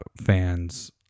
fans